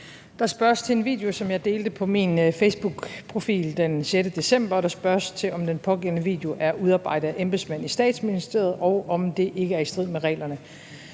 Der spørges til en video, som jeg delte på min facebookprofil den 6. december, og der spørges til, om den pågældende video er udarbejdet af embedsmænd i Statsministeriet, og om det ikke er i strid med reglerne.